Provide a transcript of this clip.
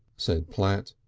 said platt.